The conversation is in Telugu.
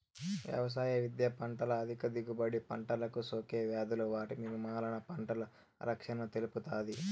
వ్యవసాయ విద్య పంటల అధిక దిగుబడి, పంటలకు సోకే వ్యాధులు వాటి నిర్మూలన, పంటల రక్షణను తెలుపుతాది